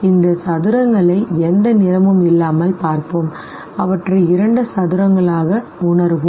இந்த சதுரங்களை எந்த நிறமும் இல்லாமல் பார்ப்போம் அவற்றை இரண்டு சதுரங்களாக உணருவோம்